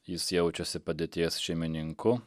jis jaučiasi padėties šeimininku